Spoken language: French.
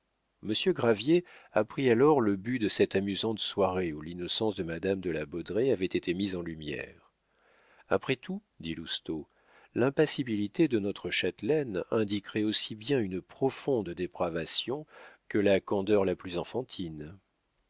monsieur gravier apprit alors le but de cette amusante soirée où l'innocence de madame de la baudraye avait été mise en lumière après tout dit lousteau l'impassibilité de notre châtelaine indiquerait aussi bien une profonde dépravation que la candeur la plus enfantine